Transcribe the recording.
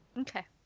Okay